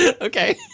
Okay